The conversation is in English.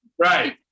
Right